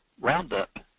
Roundup